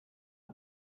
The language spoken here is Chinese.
风貌